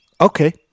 Okay